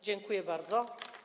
Dziękuję bardzo.